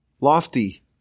lofty